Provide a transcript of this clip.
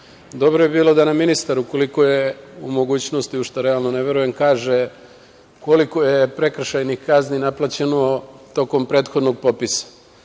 bi bilo da nam ministar, ukoliko je u mogućnosti, u šta realno ne verujem, kaže koliko je prekršajnih kazni naplaćeno tokom prethodnog popisa.